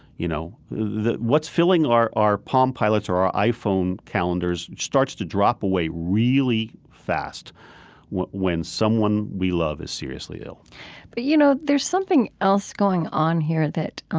you know what's filling our our palm pilots or our iphone calendars starts to drop away really fast when someone we love is seriously ill but, you know, there's something else going on here that,